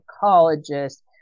psychologist